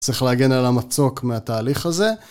צריך להגן על המצוק מהתהליך הזה.